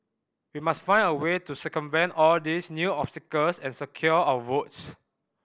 we must find a way to circumvent all these new obstacles and secure our votes